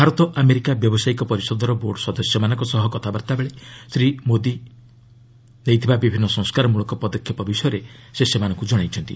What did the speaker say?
Bharat America ବ୍ୟବସାୟୀକ ପରିଷଦର board ସଦସ୍ୟମାନଙ୍କ ସହ କଥାବାର୍ତ୍ତା ବେଳେ ଶ୍ରୀ ମୋଦି ସରକାର ନେଇଥିବା ବିଭିନ୍ନ ସଂସ୍କାରମଳକ ପଦକ୍ଷେପ ବିଷୟରେ ସେମାନଙ୍କୁ ଜଣାଇଛନ୍ତି